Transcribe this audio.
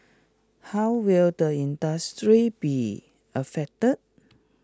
how will the industry be affected